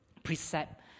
precept